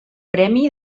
premi